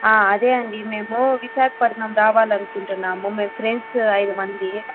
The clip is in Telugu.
అదే అండీ మేము విశాఖపట్నం రావాలనుకుంటున్నాము మేము ఫ్రెండ్స్ అయిదు మంది